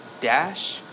Dash